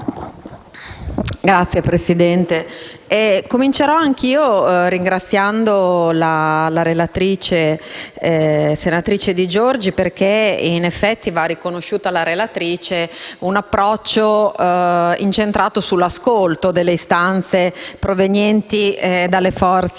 Signor Presidente, inizierò anch'io ringraziando la relatrice, senatrice Di Giorgi, perché in effetti le va riconosciuto un approccio incentrato sull'ascolto delle istanze provenienti dalle forze